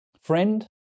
friend